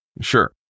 Sure